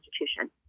institution